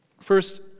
First